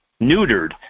neutered